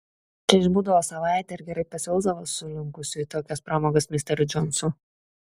čia išbūdavo savaitę ir gerai pasiausdavo su linkusiu į tokias pramogas misteriu džonsu